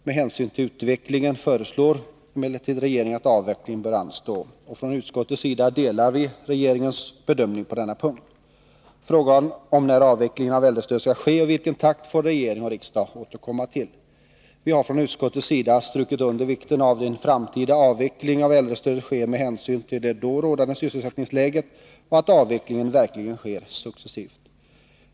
Med hänsyn till utvecklingen föreslår emellertid regeringen att avvecklingen bör anstå. Från utskottets sida delar vi regeringens bedömning. Frågan om när avvecklingen av äldrestödet skall ske och i vilken takt får regering och riksdag återkomma till. Vi har från utskottets sida strukit under vikten av att en framtida avveckling av äldrestödet sker med hänsyn till då rådande sysselsättningsläge och att avvecklingen verkligen sker successivt.